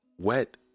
wet